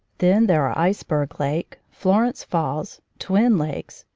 then there are iceberg lake, florence falls, twin lakes,